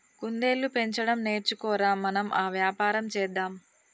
కుందేళ్లు పెంచడం నేర్చుకో ర, మనం ఆ వ్యాపారం చేద్దాం